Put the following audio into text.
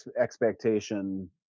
expectation